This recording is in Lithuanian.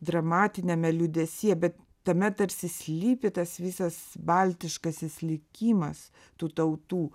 dramatiniame liūdesyje bet tame tarsi slypi tas visas baltiškasis likimas tų tautų